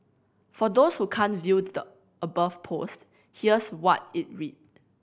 for those who can't view the above post here's what it read